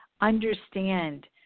Understand